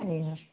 हा